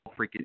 freaking